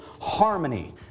harmony